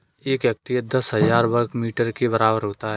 एक हेक्टेयर दस हजार वर्ग मीटर के बराबर होता है